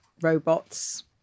robots